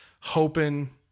hoping